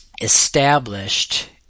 established